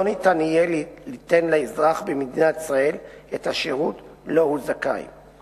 לא ניתן יהיה ליתן לאזרח במדינת ישראל את השירות שהוא זכאי לו.